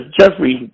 Jeffrey